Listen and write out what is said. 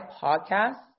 podcast